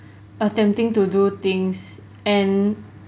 attempting to do things and